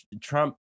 trump